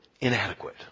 Inadequate